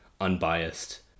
unbiased